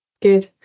Good